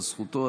זו זכותו.